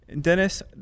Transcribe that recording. Dennis